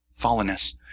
fallenness